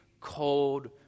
cold